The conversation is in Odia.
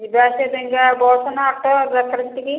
ଯିବା ଆସିବା ପାଇଁ କା ବସ୍ ନା ଅଟୋ